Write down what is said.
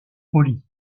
poli